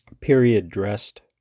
period-dressed